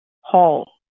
hall